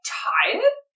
tired